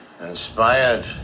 inspired